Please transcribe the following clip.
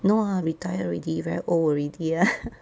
no ah retire already very old already lah